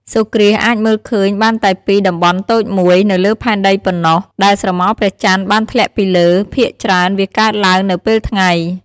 សូរ្យគ្រាសអាចមើលឃើញបានតែពី តំបន់តូចមួយ នៅលើផែនដីប៉ុណ្ណោះ ដែលស្រមោលព្រះចន្ទបានធ្លាក់ពីលើ ភាគច្រើនវាកើតឡើងនៅពេលថ្ងៃ ។